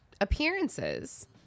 appearances